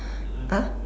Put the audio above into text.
ah